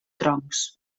troncs